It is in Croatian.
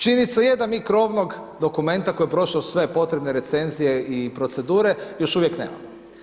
Činjenica je da mi krovnog dokumenta koji je prošao sve potrebne recenzije i procedure još uvijek nemamo.